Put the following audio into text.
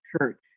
church